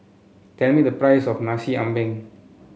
tell me the price of Nasi Ambeng